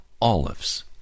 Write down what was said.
olives